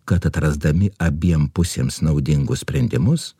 kad atrasdami abiem pusėms naudingus sprendimus